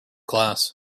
class